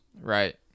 right